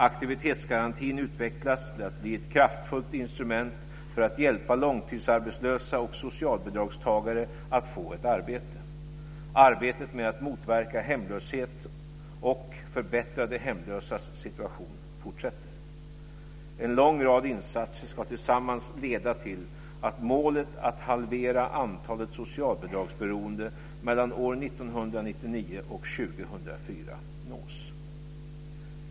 Aktivitetsgarantin utvecklas till att bli ett kraftfullt instrument för att hjälpa långtidsarbetslösa och socialbidragstagare att få ett arbete. Arbetet med att motverka hemlöshet och förbättra de hemlösas situation fortsätter. En lång rad insatser ska tillsammans leda till att målet att halvera antalet socialbidragsberoende mellan åren 1999 och 2004 nås.